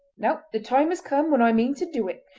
now the time has come when i mean to do it.